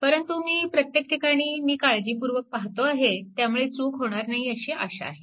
परंतु मी प्रत्येक ठिकाणी मी काळजीपूर्वक पाहतो आहे त्यामुळे चूक होणार नाही अशी आशा आहे